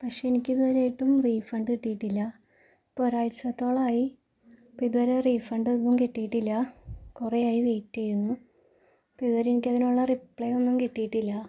പക്ഷേ എനിക്ക് ഇതുവരെയായിട്ടും റീഫണ്ട് കിട്ടിയിട്ടില്ല ഇപ്പോൾ ഒരാഴ്ചത്തോളം ആയി അപ്പം ഇതുവരെ റീഫണ്ട് ഒന്നും കിട്ടിയിട്ടില്ല കുറെയായി വെയിറ്റ് ചെയ്യുന്നു അപ്പോൾ ഇതുവരെ എനിക്ക് അതിനുള്ള റിപ്ലേ ഒന്നും കിട്ടിയിട്ടില്ല